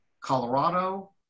Colorado